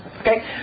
Okay